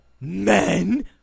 men